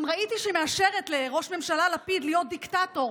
גם ראיתי שהיא מאשרת לראש הממשלה לפיד להיות דיקטטור